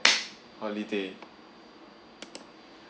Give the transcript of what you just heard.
holiday